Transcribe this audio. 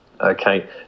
okay